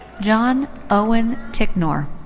john owen ticknor.